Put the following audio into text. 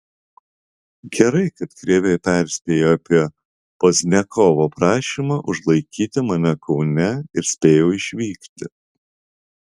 gerai kad krėvė perspėjo apie pozniakovo prašymą užlaikyti mane kaune ir spėjau išvykti